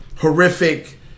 horrific